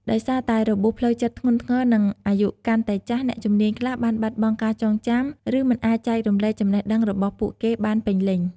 ដោយសារតែរបួសផ្លូវចិត្តធ្ងន់ធ្ងរ និងអាយុកាន់តែចាស់ អ្នកជំនាញខ្លះបានបាត់បង់ការចងចាំ ឬមិនអាចចែករំលែកចំណេះដឹងរបស់ពួកគេបានពេញលេញ។